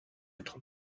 être